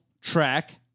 track